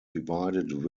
divided